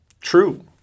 true